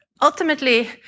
ultimately